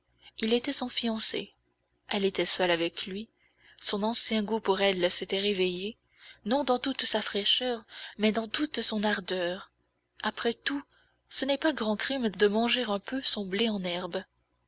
il était son fiancé elle était seule avec lui son ancien goût pour elle s'était réveillé non dans toute sa fraîcheur mais dans toute son ardeur après tout ce n'est pas grand crime de manger un peu son blé en herbe